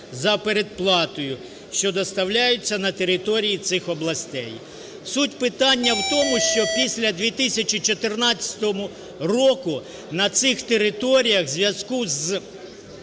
за передплатою, що доставляються на території цих областей. Суть питання в тому, що після 2014 року на цих територіях в зв'язку з